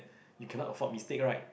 you cannot afford mistake right